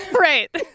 Right